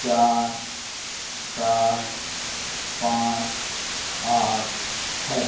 चार सात पाँच आठ है